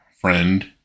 friend